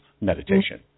Meditation